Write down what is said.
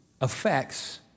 affects